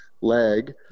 leg